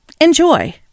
Enjoy